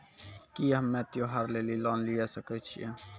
की हम्मय त्योहार लेली लोन लिये सकय छियै?